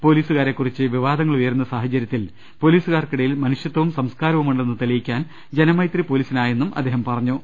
പൊലീസുകാരെക്കുറിച്ച് വിവാദങ്ങൾ ഉയരുന്ന സാഹചരൃത്തിൽ പൊലീസുകാർക്കിടയിൽ മനുഷൃതവും സംസ്കാരവുമുണ്ടെന്ന് തെളിയിക്കാൻ ജനമൈത്രി പൊലീസിനാ യെന്നും അദ്ദേഹം പറഞ്ഞു